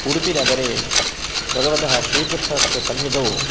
उडुपिनगरे भगवतः श्रीकृष्णस्य सन्निधौ